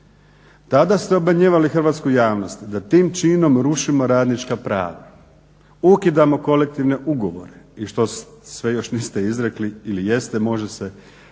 Tada ste obmanjivali hrvatsku javnost da tim činom rušimo radnička prava, ukidamo kolektivne ugovore i što sve još niste izrekli ili jeste može se